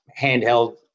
handheld